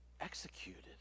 executed